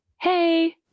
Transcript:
hey